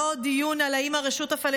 שלוש דקות לרשותך.